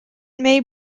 may